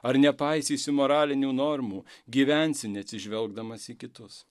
ar nepaisysiu moralinių normų gyvensiu neatsižvelgdamas į kitus